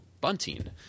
bunting